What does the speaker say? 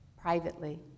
privately